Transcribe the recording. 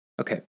Okay